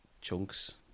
chunks